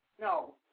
No